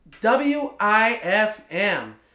W-I-F-M